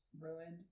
ruined